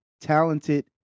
talented